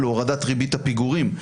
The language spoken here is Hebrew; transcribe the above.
להורדת ריבית הפיגורים.